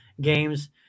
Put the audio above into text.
games